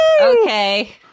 Okay